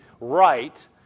right